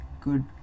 good